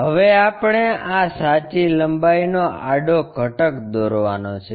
હવે આપણે આ સાચી લંબાઈનો આડો ઘટક દોરવાનો છે